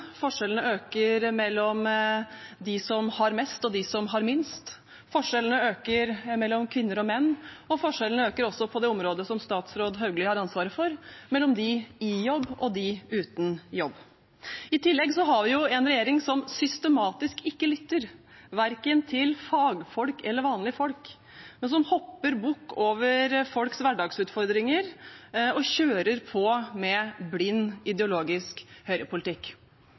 Forskjellene øker mellom dem som har mest, og dem som har minst. Forskjellene øker mellom kvinner og menn. Forskjellene øker også på det området som statsråd Hauglie har ansvaret for – mellom dem i jobb og dem uten jobb. I tillegg har vi en regjering som systematisk ikke lytter – verken til fagfolk eller til vanlige folk – men som hopper bukk over folks hverdagsutfordringer og kjører på med blind, ideologisk høyrepolitikk.